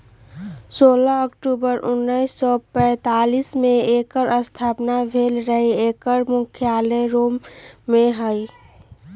सोलह अक्टूबर उनइस सौ पैतालीस में एकर स्थापना भेल रहै एकर मुख्यालय रोम में हइ